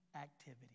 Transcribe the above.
activity